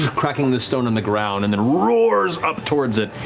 cracking the stone on the ground and then roars up towards it.